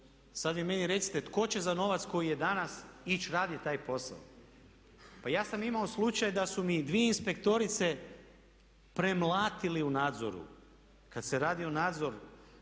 sad vi meni recite tko će za novac koji je danas ići raditi taj posao? Pa ja sam imao slučaj da su mi dvije inspektorice premlatili u nadzoru kad se radi o nadzoru